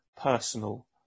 personal